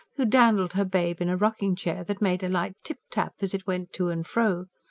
who dandled her babe in a rocking-chair that made a light tip-tap as it went to and fro.